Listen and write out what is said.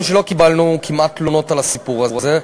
שלא קיבלנו כמעט תלונות על הסיפור הזה.